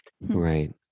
Right